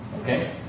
Okay